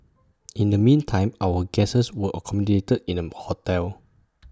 in the meantime our guests were accommodated in A hotel